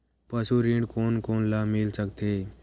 पशु ऋण कोन कोन ल मिल सकथे?